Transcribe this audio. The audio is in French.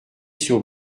sur